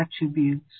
attributes